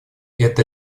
это